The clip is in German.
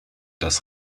das